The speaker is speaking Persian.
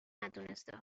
ندونسته